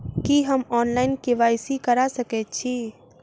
की हम online, KYC करा सकैत छी?